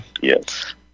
Yes